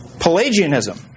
Pelagianism